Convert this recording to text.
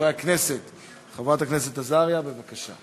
אני מבקש ממך לעזוב את הדוכן כרגע.